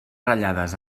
ratllades